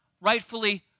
rightfully